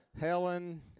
Helen